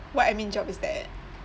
what admin job is that